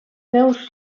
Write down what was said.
seus